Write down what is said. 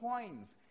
coins